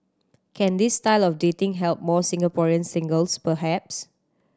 can this style of dating help more Singaporean singles perhaps